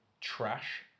trash